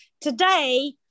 Today